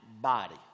body